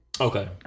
Okay